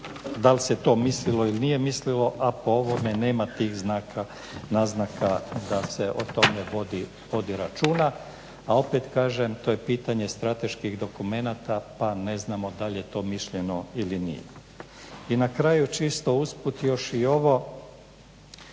da li se to mislilo ili nije mislilo, a po ovome nema tih znaka naznaka da se o tome vodi računa a opet kažem to je pitanje strateških dokumenata pa ne znamo dal je to mišljeno ili nije. I na kraju čisto usput još i ovo